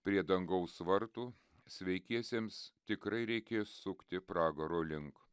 prie dangaus vartų sveikiesiems tikrai reikės sukti pragaro link